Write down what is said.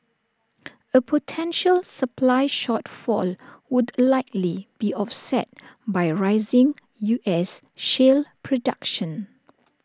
A potential supply shortfall would likely be offset by rising U S shale production